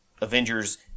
Avengers